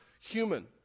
human